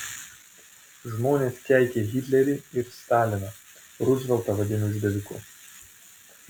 žmonės keikė hitlerį ir staliną ruzveltą vadino išdaviku